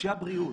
אנשי הבריאות,